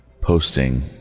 posting